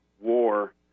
war